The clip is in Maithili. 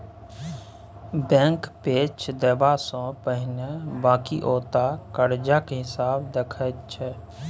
बैंक पैंच देबा सँ पहिने बकिऔता करजाक हिसाब देखैत छै